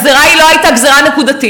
הגזירה לא הייתה גזירה נקודתית,